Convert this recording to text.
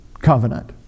covenant